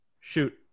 Shoot